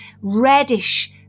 reddish